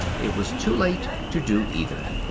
it was too late to do either.